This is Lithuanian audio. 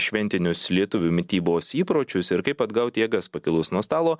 šventinius lietuvių mitybos įpročius ir kaip atgaut jėgas pakilus nuo stalo